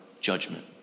judgment